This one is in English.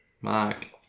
Mark